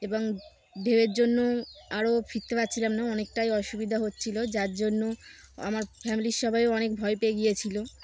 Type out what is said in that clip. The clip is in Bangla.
এবং ঢেউের জন্য আরও ফিরতে পারছিলাম না অনেকটাই অসুবিধা হচ্ছিল যার জন্য আমার ফ্যামিলির সবাই অনেক ভয় পেয়ে গিয়েছিল